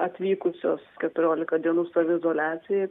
atvykusius keturiolika dienų saviizoliacijai